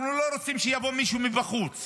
אנחנו לא רוצים שיבוא מישהו מבחוץ